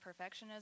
perfectionism